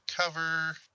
cover